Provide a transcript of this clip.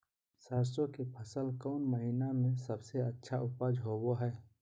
सरसों के फसल कौन महीना में सबसे अच्छा उपज होबो हय?